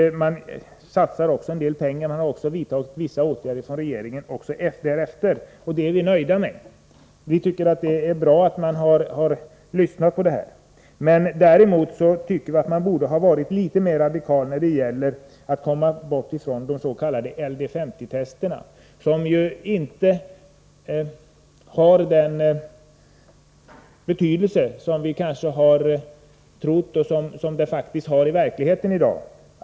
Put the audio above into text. Man satsar en hel del pengar. Dessutom har regeringen vidtagit en del åtgärder i efterhand. Det är vi nöjda med. Vi tycker att det är bra att man lyssnat. Däremot tycker vi att man borde ha varit litet mera radikal när det gäller att komma bort från användningen av de s.k. LD 50-testerna, som ju faktiskt inte har den betydelse i dag som vi kanske hade trott.